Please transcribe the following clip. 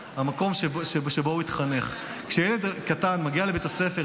שבא מחבל ופשוט דקר אותה בסכין כשהיא ישנה.